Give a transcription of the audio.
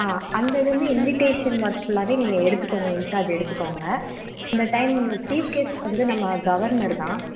ஆ அந்த இதுவுமே invitation work ஃபுல்லாகவே நீங்கள் எடுத்துக்கோங்க இன்சார்ஜ் எடுத்துக்கோங்க இந்த டைம் சீஃப் கெஸ்ட் வந்து நம்ம கவர்னர் தான்